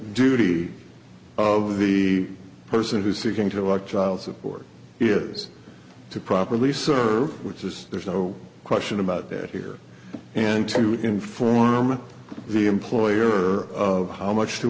duty of the person who's seeking to walk child support is to properly serve which is there's no question about it here and to inform the employer of how much to